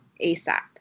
ASAP